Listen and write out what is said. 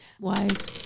Wise